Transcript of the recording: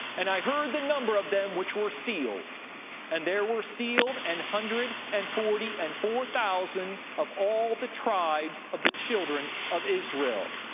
and i heard the number of them which were sealed and there were sealed an hundred and forty and four thousand of all the tribes of the children of israel.